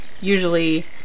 usually